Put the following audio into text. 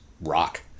rock